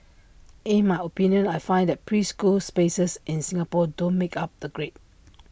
in my opinion I find that preschool spaces in Singapore don't make up the grade